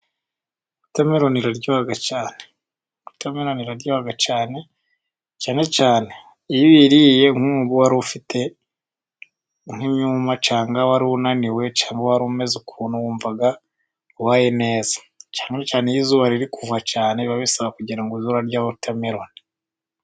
Wotameroni iraryoha cyane, wotameroni iraryoha cyane, cyane cyane iyo uyiriye nk'ubu warufite umwuma cyangwa warunaniwe cyangwa warumeze ukuntu, wumva ubaye neza, cyane cyane iyo izuba riri kuva cyane, biba bisaba ngo uzajye urarya wotameroni.